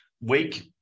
week